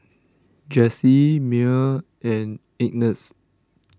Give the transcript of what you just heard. Jessy Myer and Ignatz